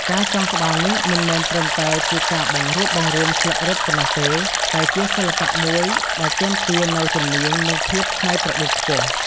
ការចងក្បាលនេះមិនមែនត្រឹមតែជាការបង្រួបបង្រួមស្លឹករឹតប៉ុណ្ណោះទេ តែជាសិល្បៈមួយដែលទាមទារនូវជំនាញ និងភាពច្នៃប្រឌិតខ្ពស់។